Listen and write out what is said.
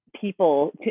people